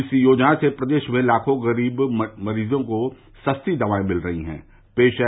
इस योजना से प्रदेश में लाखों गरीब मरीजों को सस्ती दवाएं मिल रही है